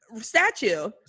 statue